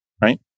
right